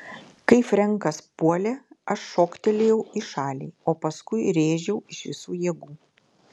kai frenkas puolė aš šoktelėjau į šalį o paskui rėžiau iš visų jėgų